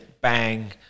bang